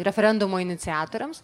referendumo iniciatoriams